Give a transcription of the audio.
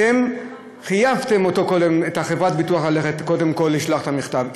אתם חייבתם את חברת הביטוח ללכת קודם כול לשלוח את המכתב,